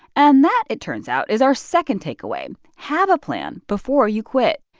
and that, it turns out, is our second takeaway, have a plan before you quit.